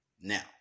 now